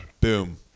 Boom